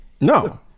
No